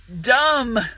dumb